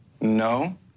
no